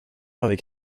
avec